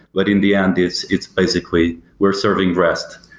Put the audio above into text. but in the end it's it's basically we're serving rest.